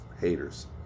haters